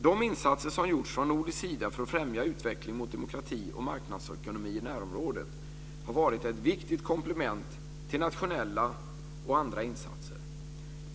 De insatser som har gjorts från nordisk sida för att främja utvecklingen mot demokrati och marknadsekonomi i närområdet har varit ett viktigt komplement till nationella och andra insatser.